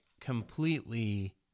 completely